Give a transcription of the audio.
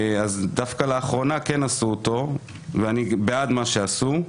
אז דווקא לאחרונה כן עשו אותו, ואני בעד מה שעשו.